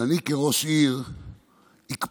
אני כראש עיר הקפדתי,